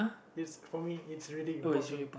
it's for me it's really important